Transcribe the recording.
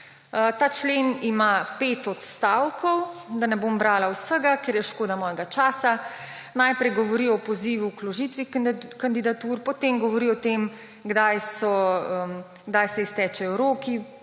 ta člen ima pet odstavkov, ne bom brala vsega, ker je škoda mojega časa. Najprej govori o pozivu k vložitvi kandidatur, potem govori o tem, kdaj se iztečejo roki